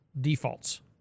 defaults